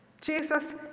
jesus